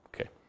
Okay